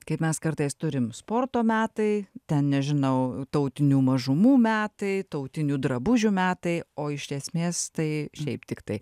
kaip mes kartais turim sporto metai ten nežinau tautinių mažumų metai tautinių drabužių metai o iš esmės tai šiaip tiktai